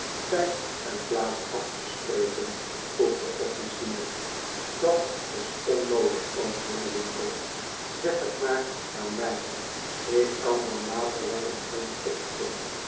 tijd en plaats af te spreken vroeg de officier dat is onnoodig antwoordde winkle zeg het maar aan mij ik kan dan later wel een vriend opzoeken